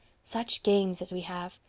such games as we have.